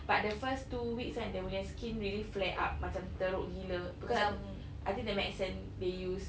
but the first two weeks kan dia punya skin really flared up macam teruk gila macam I think the medicine they use